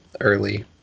early